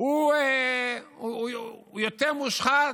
הוא יותר מושחת,